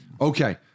Okay